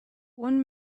one